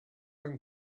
than